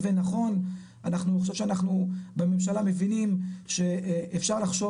מתווה נכון אני חושב שאנחנו בממשלה מבינים שאפשר לחשוב